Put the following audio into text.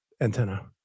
antenna